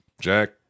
Jack